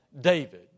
David